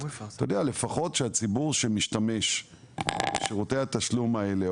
לפחות שהציבור שמשתמש בשירותי התשלום האלה,